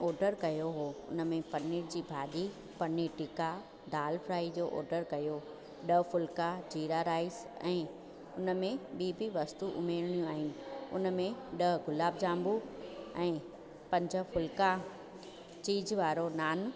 order कयो हुओ हुन में पनीर जी भाॼी पनीर टिक्का दालि फ्राय जो ऑडर कयो हुओ ॾह फुलका जीरा राइस ऐं हुन में ॿीं बि वस्तू उमेरड़ियूं आहिनि हुन में ॾह गुलाब जांबू ऐं पंज फुलका चीज वारो नान